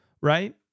right